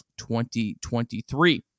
2023